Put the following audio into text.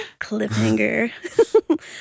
Cliffhanger